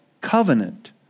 covenant